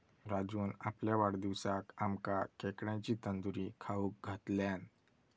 राजून आपल्या वाढदिवसाक आमका खेकड्यांची तंदूरी खाऊक घातल्यान